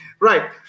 Right